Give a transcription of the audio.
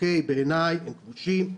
בעיניי הם כבושים,